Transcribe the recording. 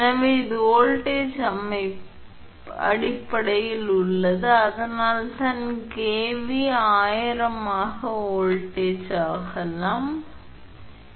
எனவே இது வோல்ட் அடிப்படையில் உள்ளது அதனால் தான் கேவி அதனால் 1000 ஆக வோல்ட் ஆகலாம் அதாவது 103 எனவே இது உண்மையில் 8